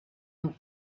amb